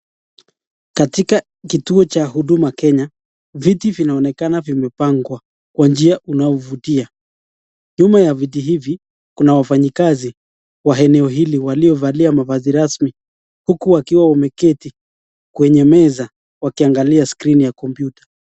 Katika kituo cha Huduma Kenya, viti vinaonekana vimepangwa kwa njia unaovutia nyuma ya viti hivi kuna wafanyikazi wa eneo hili waliovalia mavazi rasmi uku wakiwa wameketi kwenye meza wakiaangalia skirini ya kompyuta.